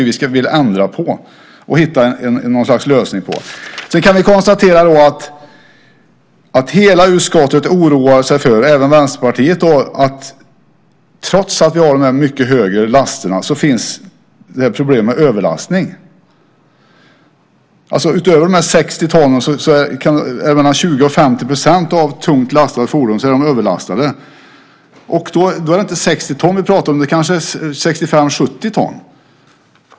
Vi vill ändra på det och hitta något slags lösning på det. Vi kan konstatera att hela utskottet, även Vänsterpartiet, oroar sig för problemet med överlastning trots att vi har de här mycket högre lasterna. Mellan 20 och 50 % av de tungt lastade fordonen är överlastade. Då är det inte 60 ton vi pratar om, utan kanske 65-70 ton.